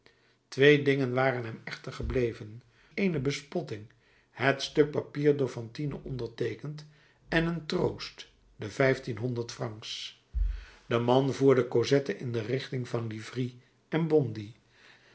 twee dingen waren hem echter gebleven eene bespotting het stuk papier door fantine onderteekend en een troost de vijftienhonderd francs de man voerde cosette in de richting van livry en bondy